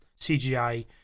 CGI